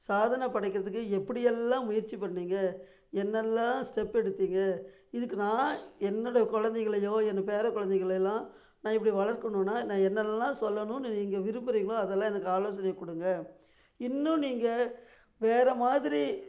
சாதனை படைக்கிறதுக்கு எப்படி எல்லாம் முயற்சி பண்ணீங்க என்னெல்லாம் ஸ்டெப் எடுத்தீங்க இதுக்கு நான் என்னுடைய குழந்தைங்களையோ என் பேரக் குழந்தைகள எல்லாம் நான் இப்படி வளர்க்கணுனா நான் என்னெல்லாம் சொல்லணும்னு நீங்கள் விரும்புறிங்களோ அதெலாம் இந்த ஆலோசனை சொல்லி கொடுங்க இன்னும் நீங்கள் வேற மாதிரி